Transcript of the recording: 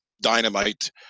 dynamite